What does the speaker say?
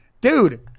dude